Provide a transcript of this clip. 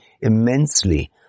immensely